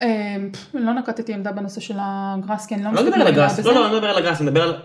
לא נקטתי עמדה בנושא של הגרסקין, לא נדבר על הגרסקין.